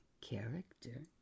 character